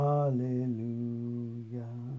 Hallelujah